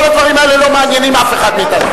כל הדברים האלה לא מעניינים אף אחד מאתנו.